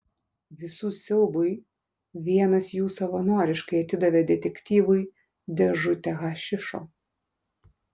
visų siaubui vienas jų savanoriškai atidavė detektyvui dėžutę hašišo